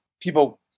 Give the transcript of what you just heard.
people